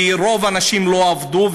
כי רוב הנשים לא עבדו,